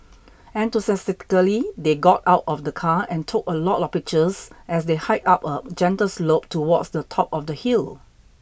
enthusiastically they got out of the car and took a lot of pictures as they hiked up a gentle slope towards the top of the hill